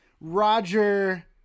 Roger